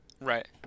Right